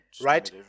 right